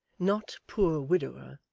not poor widower,